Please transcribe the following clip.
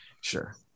Sure